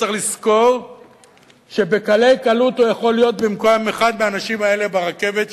צריך לזכור שבקלי קלות הוא יכול להיות במקום אחד מהאנשים האלה ברכבת,